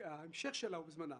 ההמשך שלה הוא בזמנה.